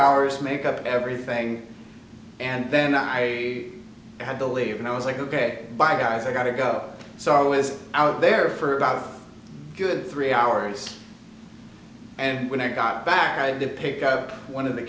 hours make up everything and then i had to leave and i was like ok bye guys i got to go so i was out there for about a good three hours and when i got back i did pick up one of the